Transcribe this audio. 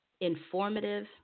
informative